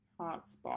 hotspot